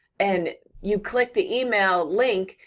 and you click the email link,